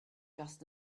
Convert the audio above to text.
just